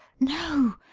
no!